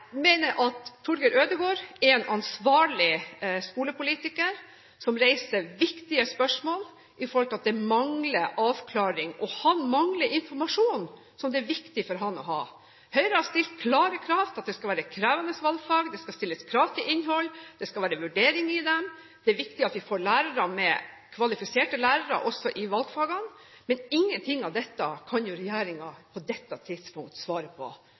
en ansvarlig skolepolitiker som reiser viktige spørsmål i forhold til at det mangler avklaring, og han mangler informasjon som det er viktig for ham å ha. Høyre har stilt klare krav til at det skal være krevende valgfag, det skal stilles krav til innhold, det skal være vurdering i dem, det er viktig at vi får kvalifiserte lærere også i valgfagene, men ingenting av dette kan regjeringen på dette tidspunkt svare på.